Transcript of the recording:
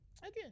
Again